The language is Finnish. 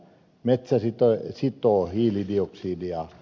metsä sitoo hiilidioksidia